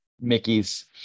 Mickey's